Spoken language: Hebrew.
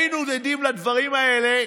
היינו עדים לדברים האלה,